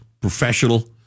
professional